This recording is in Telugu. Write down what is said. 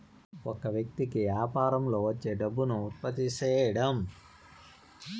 ఒక వ్యక్తి కి యాపారంలో వచ్చే డబ్బును ఉత్పత్తి సేయడం